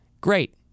great